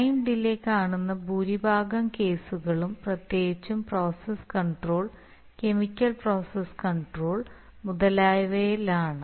time delay കാണുന്ന ഭൂരിഭാഗം കേസുകളും പ്രത്യേകിച്ചും process control chemical process control മുതലായവയിലാണ്